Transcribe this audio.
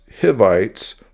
Hivites